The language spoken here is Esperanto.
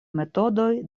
metodoj